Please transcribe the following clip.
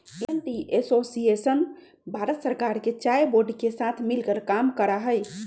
Indian tea association Bharat सरकार के चाय बोर्ड के साथ मिलकर काम करा हई